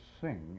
sing